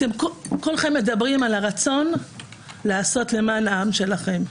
כולכם מדברים על הרצון לעשות למען העם שלכם,